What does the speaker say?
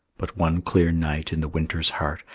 but one clear night in the winter's heart,